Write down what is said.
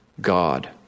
God